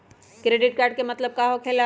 Credit card के मतलब का होकेला?